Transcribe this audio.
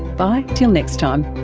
bye till next time